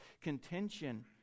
contention